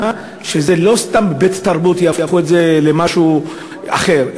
שזה לא סתם בית-תרבות ויהפכו את זה למשהו אחר,